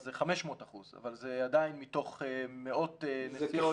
אז זה 500% אבל זה עדיין מתוך מאות נסיעות.